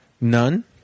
none